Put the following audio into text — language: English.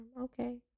Okay